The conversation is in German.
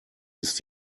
ist